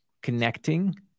connecting